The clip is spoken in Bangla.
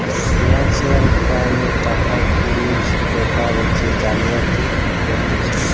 ফিনান্সিয়াল ক্রাইমে টাকা কুড়ির বেপারে যে জালিয়াতি করতিছে